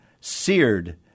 seared